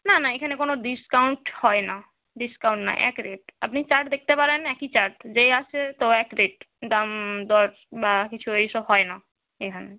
না না এখানে কোনো ডিসকাউন্ট হয় না ডিসকাউন্ট না এক রেট আপনি চার্ট দেখতে পারেন একই চার্ট যেই আসে তো এক রেট দাম দর বা কিছু এই সব হয় না এখানে